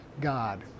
God